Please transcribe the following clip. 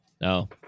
No